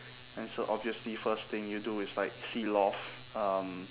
and so obviously first thing you do is like seal off um